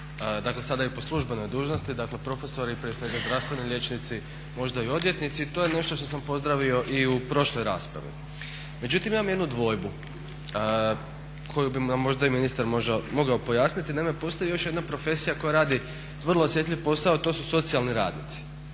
dakle sada i po službenoj dužnosti, dakle profesori, prije svega zdravstveni liječnici, možda i odvjetnici. To je nešto što sam pozdravio i u prošloj raspravi. Međutim, imam jednu dvojbu koju bi možda i ministar mogao pojasniti. Naime, postoji još jedna profesija koja radi vrlo osjetljiv posao, a to su socijalni radnici.